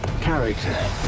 Character